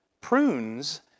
prunes